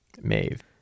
Maeve